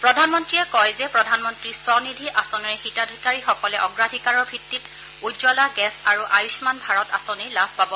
প্ৰধানমন্ত্ৰীয়ে কয় যে প্ৰধানমন্ত্ৰী স্বনিধি আঁচনিৰ হিতাধিকাৰীসকলে অগ্ৰাধিকাৰৰ ভিত্তিত উজ্বলা গেছ আৰু আয়ুস্মান ভাৰত আঁচনিৰ লাভ পাব